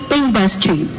industry